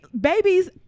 Babies